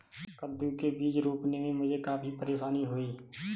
कद्दू के बीज रोपने में मुझे काफी परेशानी हुई